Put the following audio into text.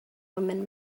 women